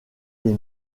des